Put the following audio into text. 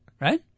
right